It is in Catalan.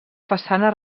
façana